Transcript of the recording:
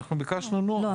אנחנו ביקשנו נוהל.